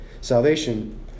salvation